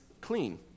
clean